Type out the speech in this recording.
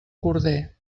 corder